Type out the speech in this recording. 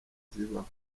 zibaho